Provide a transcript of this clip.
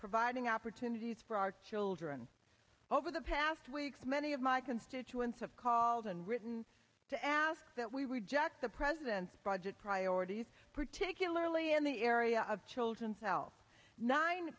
providing opportunities for our children over the past weeks many of my constituents have called and written to ask that we reject the president's budget priorities particularly in the area of children's health nine